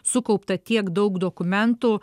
sukaupta tiek daug dokumentų